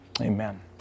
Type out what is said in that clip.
amen